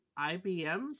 IBM